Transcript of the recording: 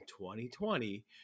2020